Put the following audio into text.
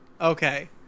Okay